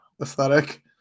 aesthetic